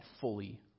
fully